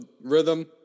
rhythm